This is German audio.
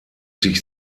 sich